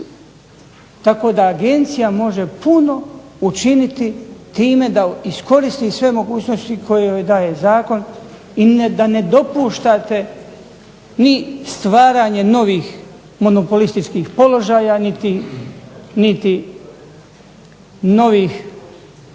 tako da agencija može puno učiniti time da iskoristi sve mogućnosti koje joj daje zakon i da ne dopuštate ni stvaranje novih monopolističkih položaja, niti novih